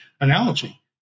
analogy